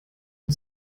und